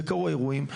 וקרו אירועים.